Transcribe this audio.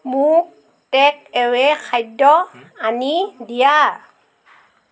মোক টেক এৱে খাদ্য আনি দিয়া